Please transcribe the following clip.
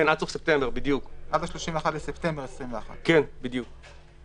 עד 31 בספטמבר 2021. בדיוק.